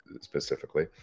specifically